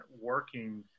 working